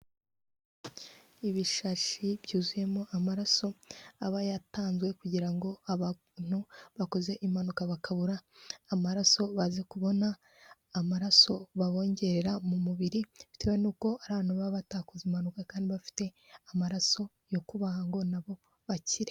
Ibishashi byuzuyemo amaraso aba yatanzwe kugira ngo abantu bakoze impanuka bakabura amaraso baze kubona amaraso babongerera mu mubiri bitewe n'uko hari abantu baba batakoze impanuka kandi bafite amaraso yo kubaha ngo nabo bakire.